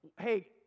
hey